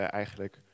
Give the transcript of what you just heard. eigenlijk